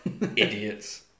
Idiots